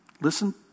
Listen